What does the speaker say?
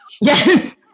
Yes